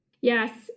Yes